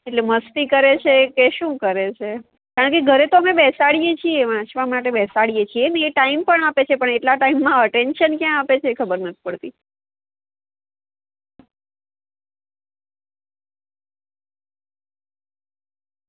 એટલે મસ્તી કરે છે કે શું કરે છે કારણ કે ઘરે તો અમે બેસાડીએ છીએ વાંચવા માટે બેસાડીએ છીએ ને એ ટાઈમ પણ આપે છે પણ એટલા ટાઈમમાં અટેન્શન ક્યાં આપે છે એ ખબર નથી પડતી